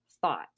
thought